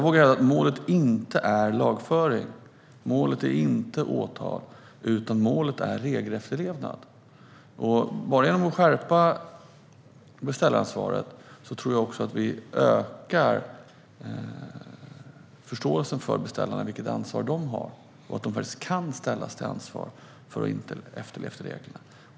Målet är inte lagföring och åtal, utan målet är regelefterlevnad. Bara genom att skärpa beställaransvaret tror jag att vi ökar förståelsen för beställarnas ansvar, att de faktiskt kan ställas till svars om de inte har efterlevt reglerna.